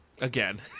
Again